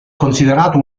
considerato